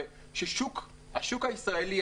שהשוק הישראלי,